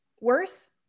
worse